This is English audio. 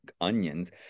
onions